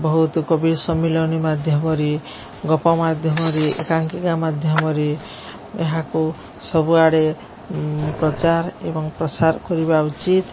ବହୁତ କବିର ସମ୍ମିଳନୀ ମାଧ୍ୟମରେ ଗପ ମାଧ୍ୟମରେ ଏକାଙ୍କିକା ମାଧ୍ୟମରେ ଏହାକୁ ସବୁଆଡ଼େ ପ୍ରଚାର ଏବଂ ପ୍ରସାର କରିବା ଉଚିତ